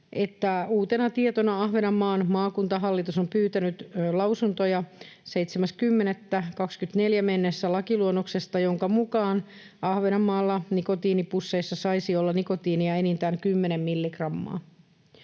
uutena tietona Ahvenanmaan maakuntahallitus on pyytänyt lausuntoja 7.10.24 mennessä lakiluonnoksesta, jonka mukaan Ahvenanmaalla nikotiinipusseissa saisi olla nikotiinia enintään kymmenen milligrammaa.